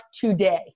today